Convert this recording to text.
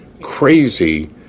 crazy